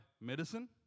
medicine